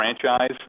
franchise